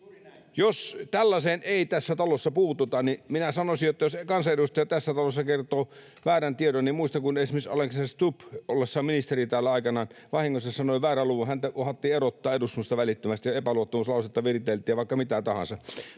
Jos tällaiseen ei tässä talossa puututa, niin minä sanoisin... Siis jos kansanedustaja tässä talossa kertoo väärän tiedon, niin kuin muistan esimerkiksi silloin, kun Alexander Stubb ollessaan ministeri täällä aikanaan vahingossa sanoi väärän luvun, niin hänet uhattiin erottaa eduskunnasta välittömästi ja epäluottamuslausetta viriteltiin ja vaikka mitä tahansa.